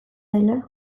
dela